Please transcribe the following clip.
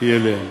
היא אליהם.